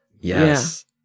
Yes